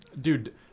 dude